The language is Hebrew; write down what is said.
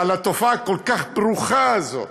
לתופעה הכל-כך ברוכה הזאת